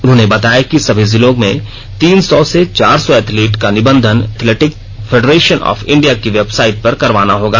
उन्होंने बताया कि सभी जिलों में तीन सौ से चार चौ एथलीट का निबंधन एथलेटिक्स फेडरेषन ऑफ इंडिया की वेबसाइट पर करवाना होगा